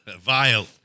Vile